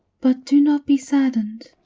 but do not be saddened.